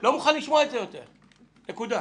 אני לא מוכן לשמוע את זה יותר, נקודה.